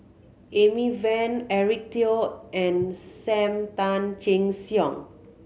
Amy Van Eric Teo and Sam Tan Chin Siong